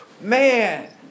man